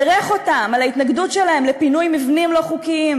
בירך אותם על ההתנגדות שלהם לפינוי מבנים לא חוקיים,